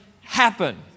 happen